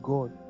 God